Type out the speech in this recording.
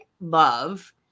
love